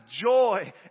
joy